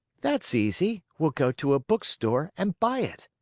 that's easy. we'll go to a bookstore and buy it.